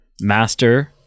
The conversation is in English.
Master